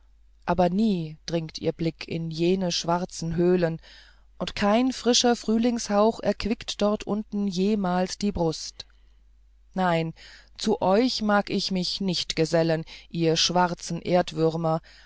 aber nie dringt ihr blick in jene schwarze höhlen und kein frischer frühlingshauch erquickt dort unten jemals die brust nein zu euch mag ich mich nicht gesellen ihr schwarzen